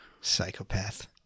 Psychopath